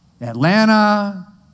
Atlanta